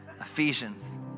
Ephesians